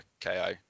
KO